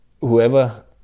whoever